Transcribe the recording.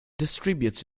distributes